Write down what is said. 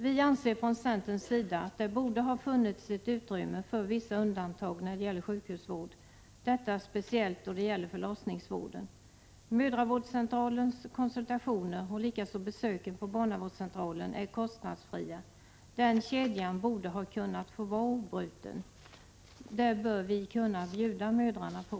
Vi från centern anser att det borde ha funnits ett utrymme för vissa undantag när det gäller sjukhusvård, detta speciellt då det gäller förlossningsvården. Mödravårdscentralens konsultationer och likaså besöken på barnavårdscentralen är kostnadsfria. Den kedjan borde ha fått vara obruten. Det bör vi kunna bjuda mödrarna på.